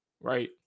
right